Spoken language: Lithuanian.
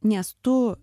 nes tu